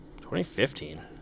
2015